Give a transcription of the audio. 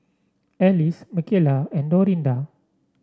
Alys Mckayla and Dorinda